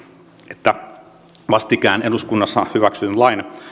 että vastikään eduskunnassa hyväksytyn lain